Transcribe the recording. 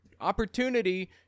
opportunity